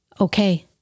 Okay